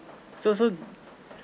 so so